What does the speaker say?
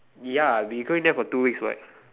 ya we going there for two weeks what